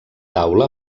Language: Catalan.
taula